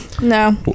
No